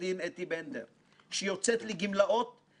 להותיר חותם משמעותי וייחודי על הכלכלה הישראלית